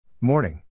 Morning